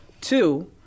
Two